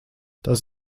das